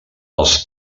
els